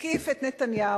התקיף את נתניהו,